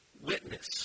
witness